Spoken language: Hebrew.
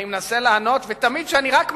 אני מנסה לענות ותמיד כשאני רק מתחיל,